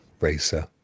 racer